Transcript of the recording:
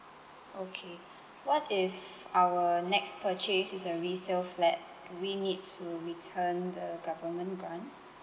okay what if our next purchase is a resale flat do we need to return the government grant